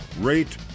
rate